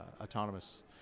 autonomous